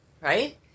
right